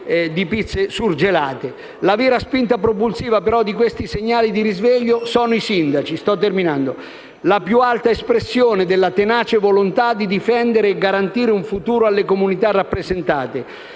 La vera spinta propulsiva di questi segnali di risveglio sono i sindaci, la più alta espressione della tenace volontà di difendere e garantire un futuro alle comunità rappresentate: